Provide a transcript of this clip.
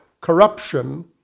corruption